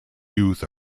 youth